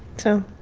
so